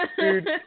Dude